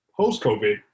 Post-COVID